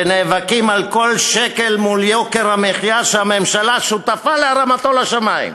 ונאבקים על כל שקל מול יוקר המחיה שהממשלה שותפה להרמתו לשמים.